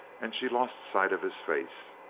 and she lost sight of his face.